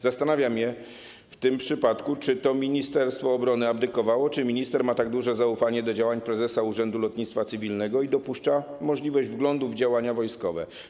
Zastanawia mnie w tym przypadku, czy to ministerstwo obrony abdykowało, czy minister ma tak duże zaufanie do działań prezesa Urzędu Lotnictwa Cywilnego i dopuszcza możliwość wglądu w działania wojskowe.